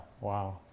Wow